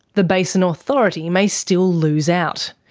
the basin ah authority may still lose out.